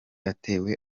atewe